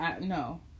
no